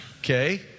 okay